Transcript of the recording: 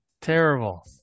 terrible